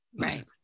Right